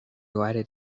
wired